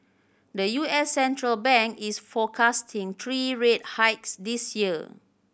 the U S central bank is forecasting three rate hikes this year